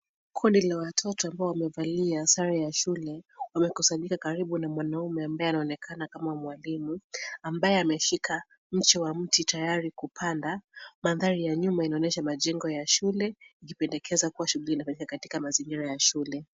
Kundi la watoto ambao wamevalia sare za shule wamekusanyika karibu na mwanaume ambaye anaonekana kama mwalimu ambaye ameshika mche wa mti tayari kupanda. Mandhari ya nyuma inaonyesha majengo ya shule ikipendekeza kuwa shughuli katika mazingira ya shule.